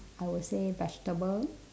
I would say vegetable